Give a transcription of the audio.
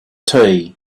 tea